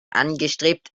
angestrebt